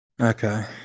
Okay